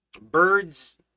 birds